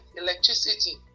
electricity